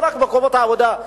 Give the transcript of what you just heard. לא רק מקומות עבודה.